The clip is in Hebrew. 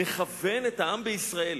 נכוון את העם בישראל.